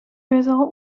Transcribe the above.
result